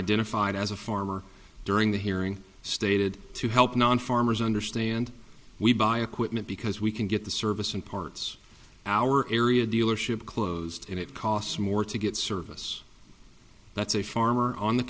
identified as a farmer during the hearing stated to help non farmers understand we buy equipment because we can get the service and parts of our area dealership closed and it costs more to get service that's a farmer on the